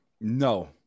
No